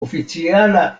oficiala